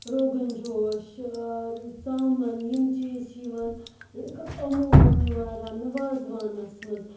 روگَن جوش ژامَن یِم چیز چھ یِوان عمومَن یِوان رَننہٕ وازوانَس منٛز